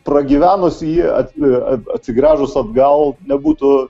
pragyvenus jį at atsigręžus atgal nebūtų